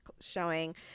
showing